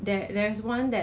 oh